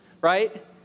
right